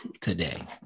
today